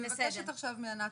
אני מבקשת עכשיו מענת,